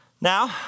Now